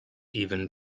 even